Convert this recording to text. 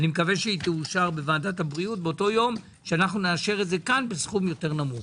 מקווה שתאושר בוועדת הבריאות באותו יום שנאשר זאת כן בסכום יותר נמוך